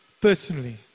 personally